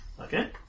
Okay